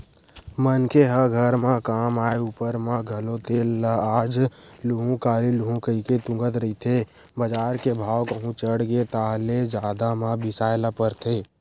मनखे ह घर म काम आय ऊपर म घलो तेल ल आज लुहूँ काली लुहूँ कहिके तुंगत रहिथे बजार के भाव कहूं चढ़गे ताहले जादा म बिसाय ल परथे